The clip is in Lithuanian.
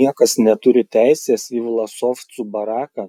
niekas neturi teisės į vlasovcų baraką